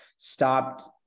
Stopped